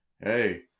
Hey